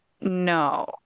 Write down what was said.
No